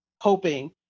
hoping